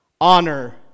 Honor